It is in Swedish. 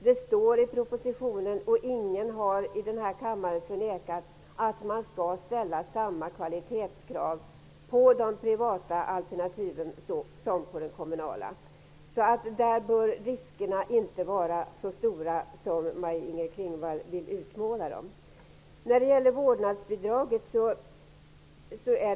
Det står i propositionen att samma kvalitetskrav skall ställas på de privata alternativen som på de kommunala, och det har ingen i denna kammare förnekat. Där bör riskerna inte var så stora som Maj-Inger Klingvall vill utmåla dem.